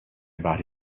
about